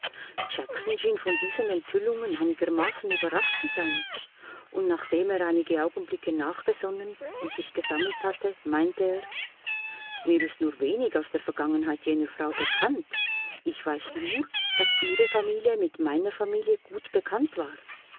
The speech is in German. jackson schien von diesen enthüllungen einigermaßen überrascht zu sein und nachdem er einige augenblicke nachgesonnen und sich gesammelt hatte meinte er mir ist nur wenig aus der vergangenheit jener frau bekannt ich weiß nur daß ihre familie mit meiner familie gut bekannt war